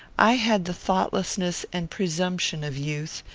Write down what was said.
i had the thoughtlessness and presumption of youth,